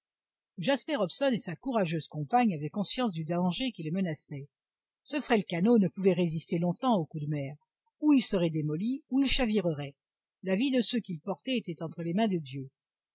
jasper hobson et sa courageuse compagne avaient conscience du danger qui les menaçait ce frêle canot ne pouvait résister longtemps aux coups de mer ou il serait démoli ou il chavirerait la vie de ceux qu'il portait était entre les mains de dieu